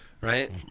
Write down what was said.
Right